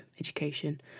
education